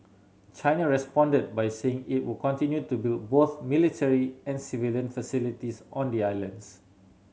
China responded by saying it would continue to build both military and civilian facilities on the islands